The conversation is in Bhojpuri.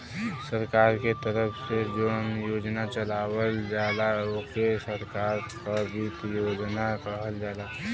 सरकार के तरफ से जौन योजना चलावल जाला ओके सरकार क वित्त योजना कहल जाला